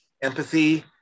empathy